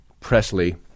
Presley